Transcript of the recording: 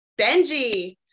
Benji